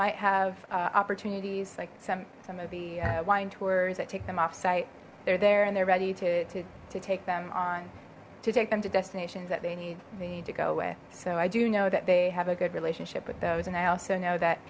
might have opportunities like some of the wine tours that take them off site they're there and they're ready to take them on to take them to destinations that they need they need to go with so i do know that they have a good relationship with those and i also know that